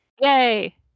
yay